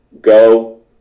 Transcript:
go